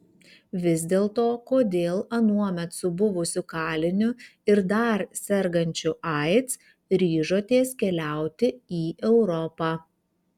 vis dėlto kodėl anuomet su buvusiu kaliniu ir dar sergančiu aids ryžotės keliauti į europą